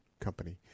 company